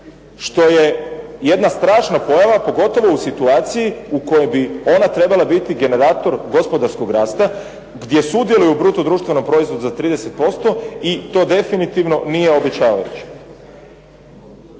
što je jedna strašna pojava pogotovo u situaciji u kojoj bi ona trebala biti generator gospodarskog rasta gdje sudjeluju u bruto društvenom proizvodu za 30% i to definitivno nije obećavajuće.